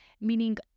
meaning